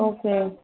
okay